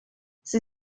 sie